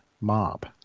mob